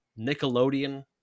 Nickelodeon